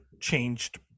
changed